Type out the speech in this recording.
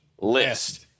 list